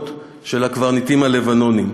המודאגות של הקברניטים הלבנונים,